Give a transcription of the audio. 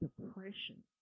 depression